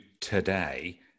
today